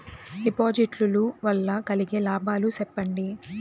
డిపాజిట్లు లు వల్ల కలిగే లాభాలు సెప్పండి?